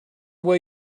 way